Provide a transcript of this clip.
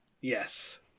Yes